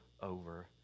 over